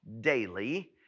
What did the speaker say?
daily